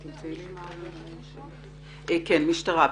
נציגת המשטרה,